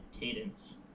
cadence